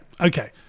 okay